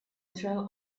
trail